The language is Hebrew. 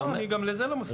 לא, אני גם לזה לא מסכים,